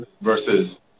versus